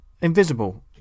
invisible